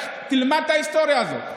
תלמד את ההיסטוריה הזאת.